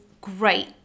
great